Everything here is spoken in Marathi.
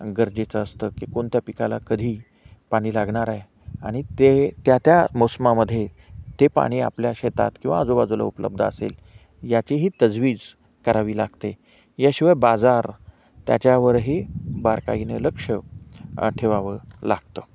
गरजेचं असतं की कोणत्या पिकाला कधी पाणी लागणार आहे आणि ते त्या त्या मोसमामध्ये ते पाणी आपल्या शेतात किंवा आजूबाजूला उपलब्ध असेल याचीही तजवीज करावी लागते याशिवाय बाजार त्याच्यावरही बारकाईने लक्ष ठेवावं लागतं